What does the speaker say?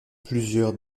plusieurs